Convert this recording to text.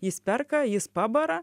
jis perka jis pabara